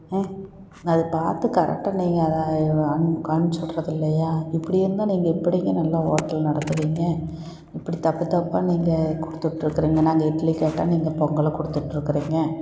அது பார்த்து கரெக்டாக நீங்கள் அதை அனுப் அனுப்பிச்சு விட்றதில்லையா இப்படி இருந்தால் நீங்கள் எப்படிங்க நல்லா ஹோட்டல் நடத்துவீங்க இப்படி தப்பு தப்பாக நீங்கள் கொடுத்து விட்டுருக்குறீங்க நாங்கள் இட்லி கேட்டால் நீங்கள் பொங்கலை கொடுத்து விட்டுருக்குறீங்க